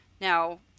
Now